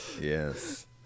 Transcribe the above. yes